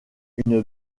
une